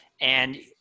And-